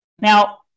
Now